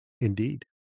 Indeed